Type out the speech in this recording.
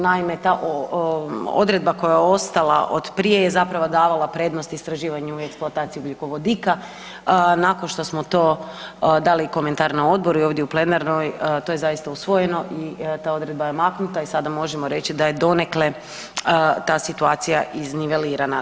Naime, ta odredba koja je ostala od prije je zapravo davala prednost istraživanju i eksploataciji ugljikovodika, nakon što smo to dali komentar na odboru i ovdje u plenarnoj, to je zaista usvojeno i ta odredba je maknuta i sada možemo reći da je donekle ta situacija iznivelirana.